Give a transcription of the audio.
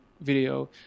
video